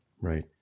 Right